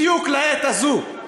בדיוק לעת הזאת,